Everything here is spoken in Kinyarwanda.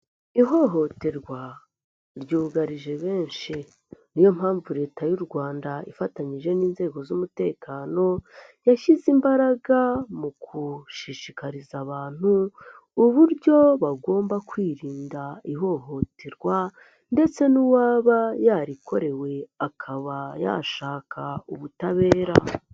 Ihohoterwa ryugarije benshi, niyo mpamvu leta y'u Rwanda ifatanyije n'inzego z'umutekano yashyize imbaraga mu gushishikariza abantu, uburyo bagomba kwirinda ihohoterwa ndetse n'uwaba yarikorewe akaba yashaka ubutabera.